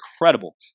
incredible